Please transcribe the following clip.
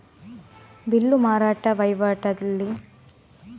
bill ಮಾರಾಟ ವೈವಾಟಲ್ಲಿ ಸಂಬಂಧಿಸಿದ ಖರೀದಿದಾರರಿಗೆ ಮಾರಾಟಗಾರರಿಂದ ನೀಡಲಾದ ವಾಣಿಜ್ಯ ದಾಖಲೆ